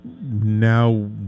now